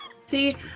See